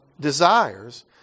desires